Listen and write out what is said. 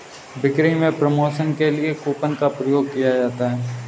बिक्री में प्रमोशन के लिए कूपन का प्रयोग किया जाता है